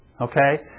Okay